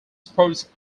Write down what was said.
sports